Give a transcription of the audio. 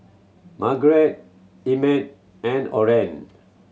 Margeret Emmett and Orren